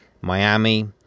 Miami